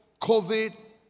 COVID